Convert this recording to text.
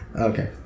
Okay